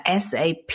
SAP